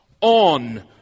on